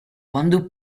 quando